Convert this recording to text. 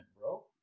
bro